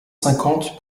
cinquante